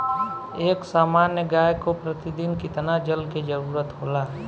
एक सामान्य गाय को प्रतिदिन कितना जल के जरुरत होला?